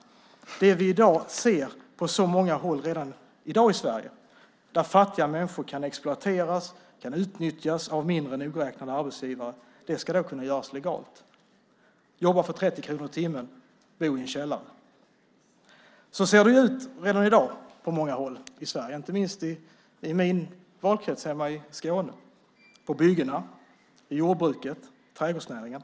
Det är det vi redan ser på så många håll i dag i Sverige, där fattiga människor kan exploateras och utnyttjas av mindre nogräknade arbetsgivare. Det ska kunna göras legalt - jobba för 30 kronor i timmen och bo i källare. Så ser det ut redan i dag på många håll i Sverige, inte minst i min valkrets hemma i Skåne - på byggena, i jordbruket och i trädgårdsnäringen.